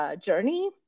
Journey